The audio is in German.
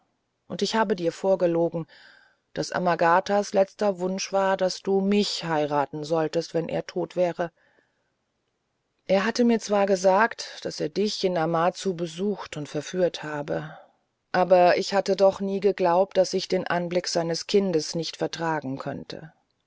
muß ich habe dir vorgelogen daß amagatas letzter wunsch war daß du mich heiraten solltest wenn er tot wäre er hatte mir zwar gesagt daß er dich in amazu besucht und verführt habe aber ich hatte doch nie geglaubt daß ich den anblick seines kindes nicht vertragen könnte